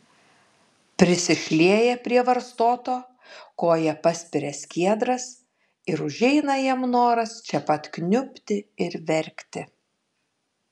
prisišlieja prie varstoto koja paspiria skiedras ir užeina jam noras čia pat kniubti ir verkti